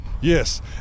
yes